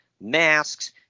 Masks